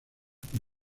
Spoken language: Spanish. por